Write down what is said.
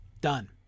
Done